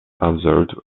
absorbed